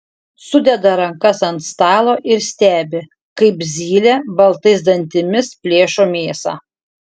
sudeda rankas ant stalo ir stebi kaip zylė baltais dantimis plėšo mėsą